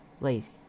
Lazy